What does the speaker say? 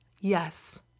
Yes